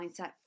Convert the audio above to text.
mindset